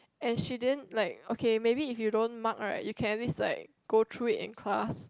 and she din like okay maybe if you don't mark right you can at least like go through it in class